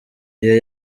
iyo